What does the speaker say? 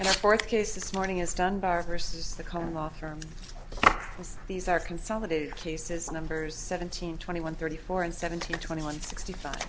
this fourth case this morning is dunbar versus the common law firm these are consolidated cases numbers seventeen twenty one thirty four and seventeen twenty one sixty five